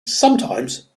sometimes